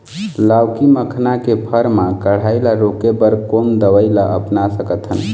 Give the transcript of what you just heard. लाउकी मखना के फर मा कढ़ाई ला रोके बर कोन दवई ला अपना सकथन?